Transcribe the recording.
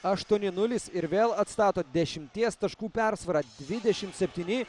aštuoni nulis ir vėl atstato dešimties taškų persvarą dvidešim septyni